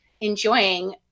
enjoying